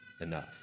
enough